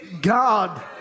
God